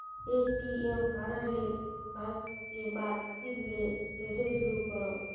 ATM card ल block के बाद फिर ले कइसे शुरू करव?